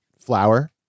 flour